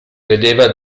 vedeva